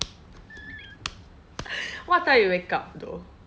what time you wake up though